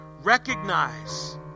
Recognize